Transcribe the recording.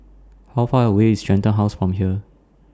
How Far away IS Shenton House from here